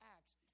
Acts